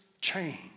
change